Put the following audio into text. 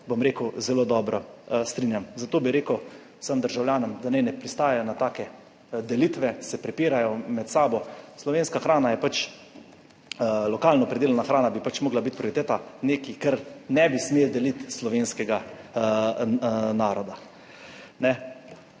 bom rekel, zelo dobro strinjam. Zato bi rekel vsem državljanom, da naj ne pristajajo na take delitve, se prepirajo med sabo. Slovenska hrana je pač lokalno pridelana hrana, bi pač morala biti prioriteta, nekaj, kar ne bi smelo deliti slovenskega naroda.